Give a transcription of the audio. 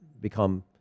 become